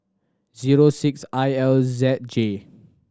zero six I L Z J